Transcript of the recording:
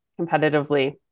competitively